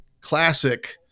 classic